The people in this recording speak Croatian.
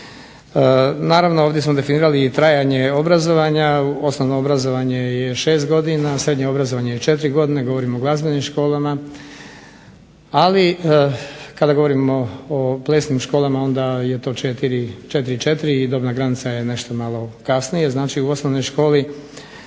Naravno, ovdje smo definirali i trajanje obrazovanja. Osnovno obrazovanje je 6 godina, srednje obrazovanje je 4 godine, govorim o glazbenim školama, ali kada govorim o plesnim školama onda je to 4-4 i dobna granica je nešto malo kasnije, znači u osnovnoj školi.